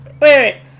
wait